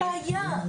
אין בעיה.